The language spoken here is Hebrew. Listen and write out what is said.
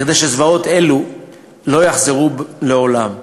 כדי שזוועות אלו לא יחזרו לעולם.